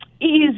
Easy